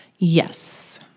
Yes